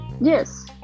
Yes